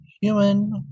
human